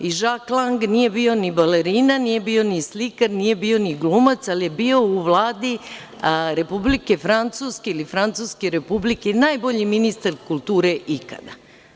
I Žak Lang nije bio ni balerina, nije bio ni slikar, nije bio ni glumac, ali je bio u Vladi Republike Francuske, ili Francuske Republike najbolji ministar kulture ikada.